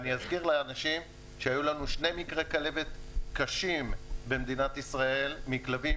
אני אזכיר לאנשים שהיו לנו שני מקרי כלבת במדינת ישראל מכלבים